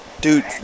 Dude